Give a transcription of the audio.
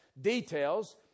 details